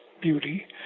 beauty